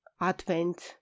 advent